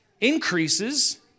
increases